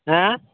ହେଁ